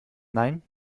nein